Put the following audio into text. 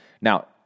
Now